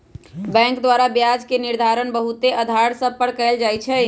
bank द्वारा ब्याज के निर्धारण बहुते अधार सभ पर कएल जाइ छइ